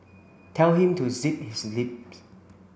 tell him to zip his lips